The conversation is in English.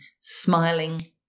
smiling